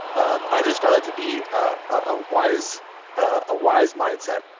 um i've just found that to be a wise ah wise mindset,